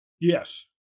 Yes